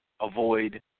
avoid